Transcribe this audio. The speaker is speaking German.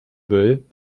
boel